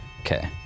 okay